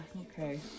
Okay